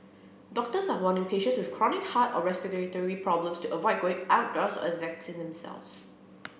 doctors are warning patients with chronic heart or respiratory problems to avoid going outdoors or exerting themselves